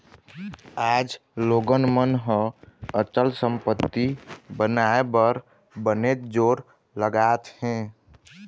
आज लोगन मन ह अचल संपत्ति बनाए बर बनेच जोर लगात हें